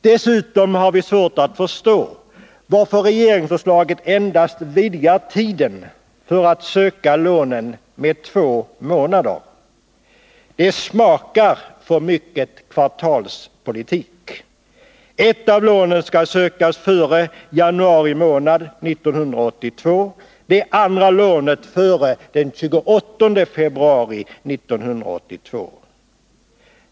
Dessutom har vi svårt att förstå varför regeringsförslaget vidgar tiden för att söka lånen med endast två månader. Det smakar för mycket kvartalspolitik. Ett av lånen skall sökas före januari månad 1982, det andra lånet före den 28 februari 1982.